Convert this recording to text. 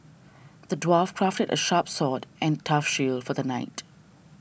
the dwarf crafted a sharp sword and a tough shield for the knight